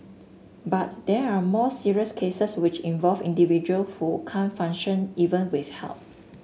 but there are more serious cases which involve individual who can't function even with help